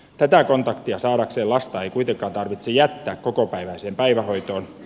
tätä kontaktia saadakseen lasta ei kuitenkaan tarvitse jättää kokopäiväiseen päivähoitoon